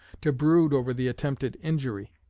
to brood over the attempted injury.